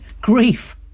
grief